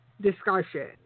discussion